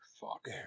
fuck